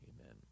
Amen